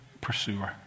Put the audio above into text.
pursuer